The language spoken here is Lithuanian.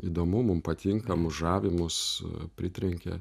įdomu mum patinka mus žavi mus pritrenkia